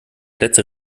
plätze